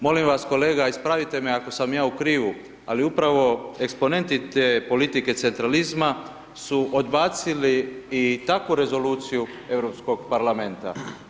Molim vas kolega ispravite me ako sam ja u krivu, ali upravo eksponenti te politike centralizma su odbacili i takvu rezoluciju Europskog parlamenta.